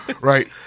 Right